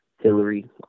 Hillary